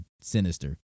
sinister